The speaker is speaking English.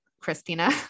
Christina